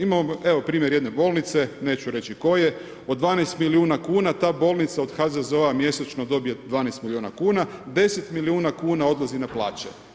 Imamo evo primjer jedne bolnice, neću reći koje od 12 milijuna kuna ta bolnica od HZZO-a mjesečno dobije 12 milijuna kuna, 10 milijuna kuna odlazi na plaće.